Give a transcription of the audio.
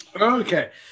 Okay